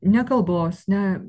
ne kalbos ne